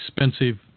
expensive